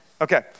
Okay